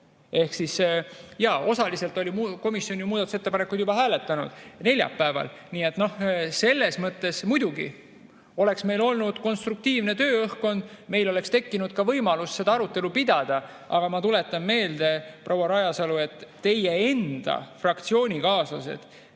hääletatud. Osaliselt oli komisjon muudatusettepanekuid hääletanud juba neljapäeval. Nii et noh, selles mõttes ...Muidugi, oleks meil olnud konstruktiivne tööõhkkond, siis meil oleks tekkinud võimalus seda arutelu pidada. Aga ma tuletan meelde, proua Rajasalu, et teie enda fraktsioonikaaslased